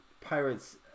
pirates